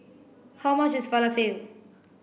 how much is Falafel